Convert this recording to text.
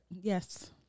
yes